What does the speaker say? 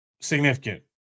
significant